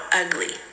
ugly